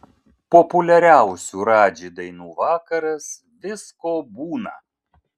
populiariausių radži dainų vakaras visko būna